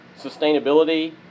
sustainability